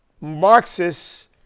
Marxists